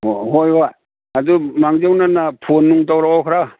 ꯑꯣ ꯍꯣꯏ ꯍꯣꯏ ꯑꯗꯨ ꯃꯥꯡꯖꯧꯅꯅ ꯐꯣꯟ ꯅꯨꯡ ꯇꯧꯔꯛꯑꯣ ꯈꯔ